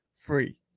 free